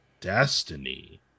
Destiny